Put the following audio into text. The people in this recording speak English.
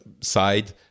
side